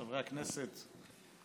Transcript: חברי הכנסת,